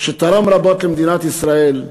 שתרם רבות למדינת ישראל,